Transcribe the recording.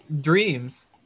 dreams